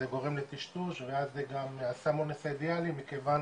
זה גורם לטשטוש ואז זה הסם אונס האידאלי מכיוון